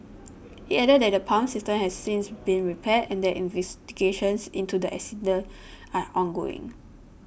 it added that the pump system has since been repaired and that investigations into the incident are ongoing